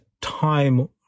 time